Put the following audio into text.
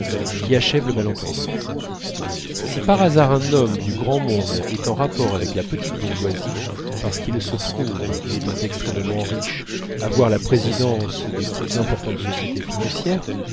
qui achève le malentendu si par hasard un homme du grand monde est en rapports avec la petite bourgeoisie parce qu'il se trouve étant extrêmement riche avoir la présidence des plus importantes sociétés financières